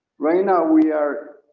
right now we are,